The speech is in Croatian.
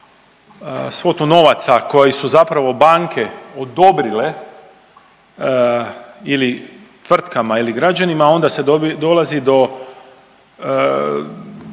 svotu novaca koji su zapravo banke odobrile ili tvrtkama ili građanima onda se dolazi do